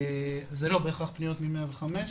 זה לא בהכרח פניות מ 105,